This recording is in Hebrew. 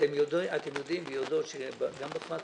אתם יודעים ויודעות שגם בפטקא,